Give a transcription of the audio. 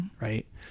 right